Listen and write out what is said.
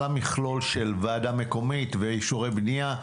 המכלול של ועדה מקומית ואישורי בנייה,